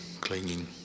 clinging